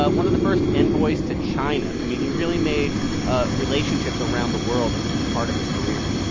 but one of the first envoys to china. i mean, he really made ah relationships around the world a key part of his career